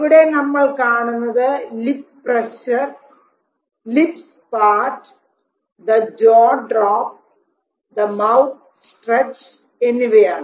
ഇവിടെ നമ്മൾ കാണുന്നത് lip presser lips part the jaw drop the mouth stretch എന്നിവയാണ്